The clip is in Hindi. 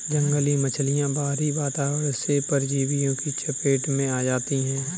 जंगली मछलियाँ बाहरी वातावरण से परजीवियों की चपेट में आ जाती हैं